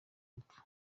urupfu